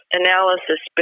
analysis